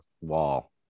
wall